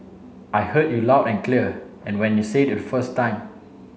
I heard you loud and clear and when you said it the first time